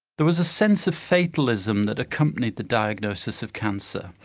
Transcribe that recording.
there was a sense of fatalism that accompanied the diagnosis of cancer.